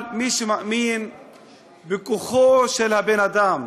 אבל מי שמאמין בכוחו של הבן-אדם,